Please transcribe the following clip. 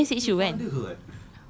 pun tak ingat I message you kan